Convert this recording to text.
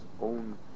own